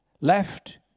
left